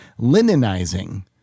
linenizing